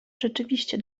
rzeczywiście